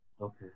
okay